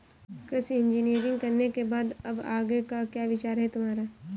कृषि इंजीनियरिंग करने के बाद अब आगे का क्या विचार है तुम्हारा?